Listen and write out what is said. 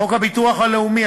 חוק הביטוח הלאומי,